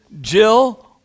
Jill